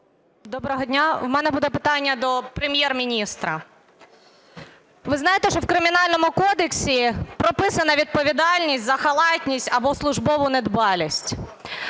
Доброго дня. В мене буде питання до Прем'єр-міністра. Ви знаєте, що в Кримінальному кодексі прописана відповідальність за халатність або службову недбалість